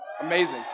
amazing